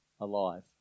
alive